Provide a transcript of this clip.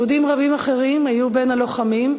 יהודים רבים אחרים היו בין הלוחמים,